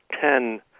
ten